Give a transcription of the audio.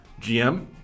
GM